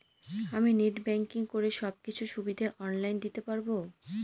আমি net banking করে সব কিছু সুবিধা অন লাইন দিতে পারবো?